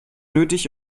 nötig